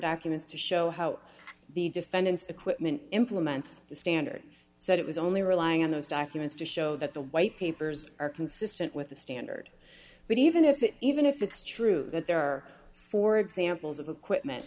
documents to show how the defendants equipment implements the standard set it was only relying on those documents to show that the white papers are consistent with the standard but even if even if it's true that there are four examples of equipment